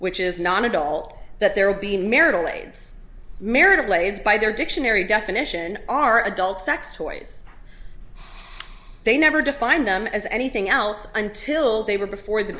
which is non adult that there will be marital aids marriage plays by their dictionary definition are adult sex toys they never defined them as anything else until they were before the